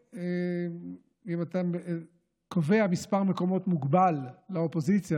ואם אתה קובע מספר מקומות מוגבל לאופוזיציה